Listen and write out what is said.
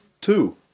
Two